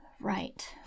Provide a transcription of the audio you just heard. Right